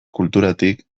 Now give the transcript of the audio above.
kulturatik